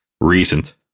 recent